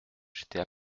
j’étais